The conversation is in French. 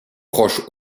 proche